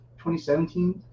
2017